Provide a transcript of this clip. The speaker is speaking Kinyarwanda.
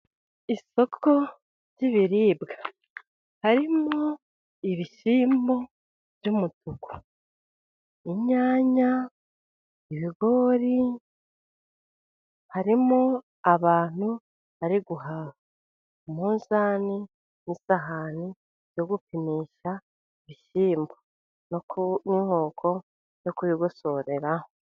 Isoko ry'ibiribwa, harimo ibishyimbo by'umutuku ,inyanya ibigori. Harimo abantu bari guhaha ,umunzani n'isahani yo gupimisha ibishyimbo n'inkoko yo kubigosoreraho.